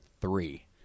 three